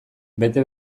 bete